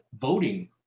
voting